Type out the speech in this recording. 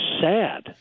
sad